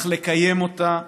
אך לקיים אותה,